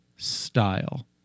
style